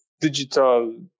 digital